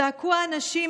// צעקו האנשים,